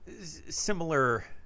similar